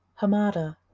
Hamada